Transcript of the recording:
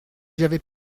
j’avais